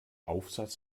aufsatz